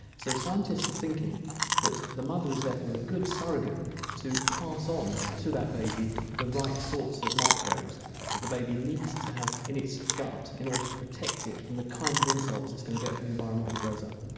so scientists are thinking that the mother is therefore a good surrogate to pass on to that baby the right sorts of microbes that the baby needs to have in its gut in order to protect it from the kinds of insults it's going to get from the environment when it grows up.